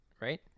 Right